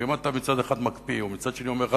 ואם אתה מצד אחד מקפיא ומצד שני אומר אחד